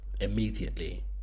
immediately